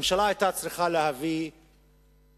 הממשלה היתה צריכה להביא תקציב